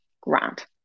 Grant